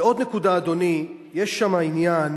ועוד נקודה, אדוני: יש שם עניין